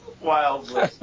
Wildly